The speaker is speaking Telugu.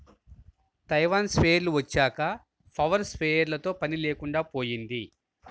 తైవాన్ స్ప్రేయర్లు వచ్చాక పవర్ స్ప్రేయర్లతో పని లేకుండా పోయింది